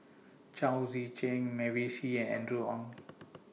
Chao Tzee Cheng Mavis Hee and Andrew Ang